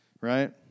right